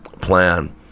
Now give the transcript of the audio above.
plan